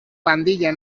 pandilla